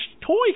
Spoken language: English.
toy